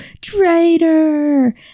traitor